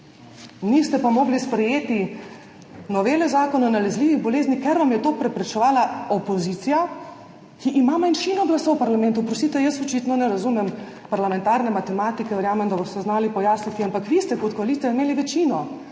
Niste pa mogli sprejeti novele Zakona o nalezljivih boleznih, ker vam je to preprečevala opozicija, ki ima manjšino glasov v parlamentu. Oprostite, jaz očitno ne razumem parlamentarne matematike, verjamem, da boste znali pojasniti, ampak vi ste kot koalicija imeli večino,